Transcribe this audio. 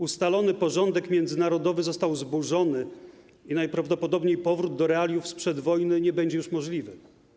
Ustalony porządek międzynarodowy został zburzony i najprawdopodobniej powrót do realiów sprzed wojny nie będzie już możliwy.